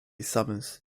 summers